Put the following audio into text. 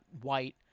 white